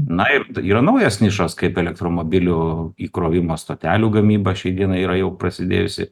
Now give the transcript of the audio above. na ir yra naujos nišos kaip elektromobilių įkrovimo stotelių gamyba šiai dienai yra jau prasidėjusi